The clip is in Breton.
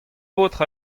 paotr